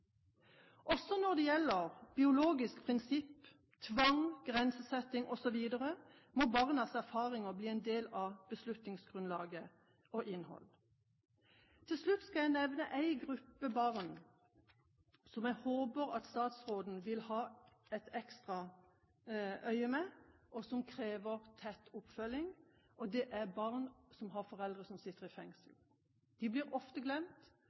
Også når det gjelder biologisk prinsipp, tvang, grensesetting osv., må barnas erfaringer bli en del av beslutningsgrunnlaget og -innholdet. Til slutt skal jeg nevne en gruppe barn som jeg håper statsråden vil holde et ekstra øye med, og som krever tett oppfølging. Det er barn som har foreldre som sitter i fengsel. De blir ofte glemt.